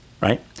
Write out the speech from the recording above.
right